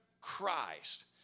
Christ